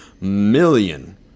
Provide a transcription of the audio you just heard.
million